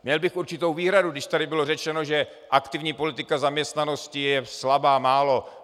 Měl bych určitou výhradu, když tady bylo řečeno, že aktivní politika zaměstnanosti je slabá, málo.